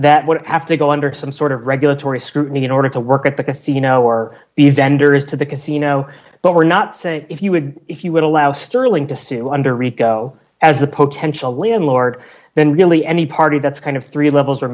that would have to go under some sort of regulatory scrutiny in order to work at the casino or the vendors to the casino but we're not saying if you would if you would allow sterling to sue under rico as a potential landlord then really any party that's kind of three levels